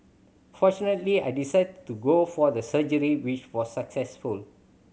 fortunately I decided to go for the surgery which was successful